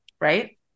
Right